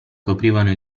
coprivano